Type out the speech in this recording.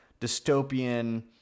dystopian